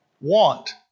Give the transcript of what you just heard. want